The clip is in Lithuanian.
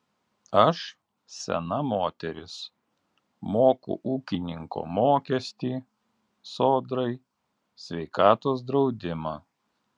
aš sena moteris moku ūkininko mokestį sodrai sveikatos draudimą